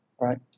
right